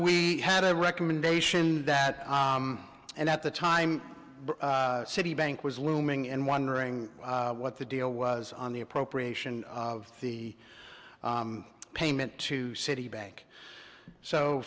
we had a recommendation that and at the time citibank was looming and wondering what the deal was on the appropriation of the payment to citibank so